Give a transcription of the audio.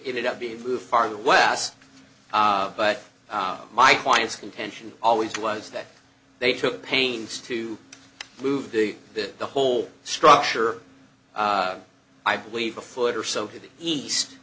ended up being moved farther west but my client's contention always was that they took pains to move the bit the whole structure i believe a foot or so to the east